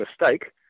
mistake